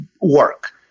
work